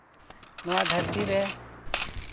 ᱱᱚᱣᱟ ᱫᱷᱟᱹᱨᱛᱤ ᱨᱮ